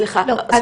סליחה.